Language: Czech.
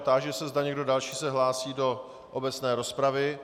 Táži se, zda někdo další se hlásí do obecné rozpravy.